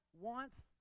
wants